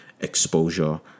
exposure